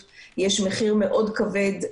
כל מי שהוא מעל גיל 65. עכשיו כשפותחים את המשק,